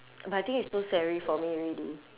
but I think it's too scary for me already